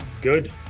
Good